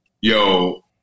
yo